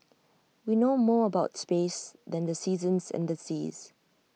we know more about space than the seasons and the seas